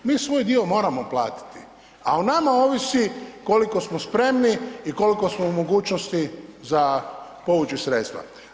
Mi svoj dio moramo platiti a o nama ovisi koliko smo spremni i koliko smo u mogućnosti za povući sredstva.